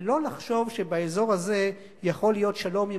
ולא לחשוב שבאזור הזה יכול להיות שלום עם